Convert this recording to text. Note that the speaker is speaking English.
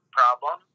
problem